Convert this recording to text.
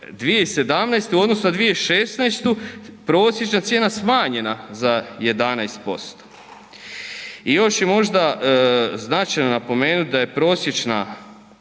2017. u odnosu na 2016. prosječna cijena smanjena za 11%. I još je možda značajno napomenuti da je prosječna